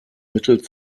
mittel